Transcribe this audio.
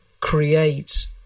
create